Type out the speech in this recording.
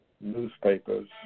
newspapers